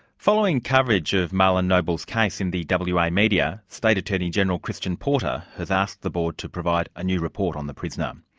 following coverage of marlon nobel's case in the wa ah media, state attorney-general christian porter has asked the board to provide a new report on the prisoner. um